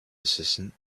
assistant